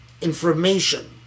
information